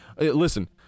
Listen